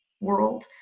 world